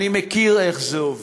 אני מכיר איך זה עובד.